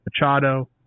Machado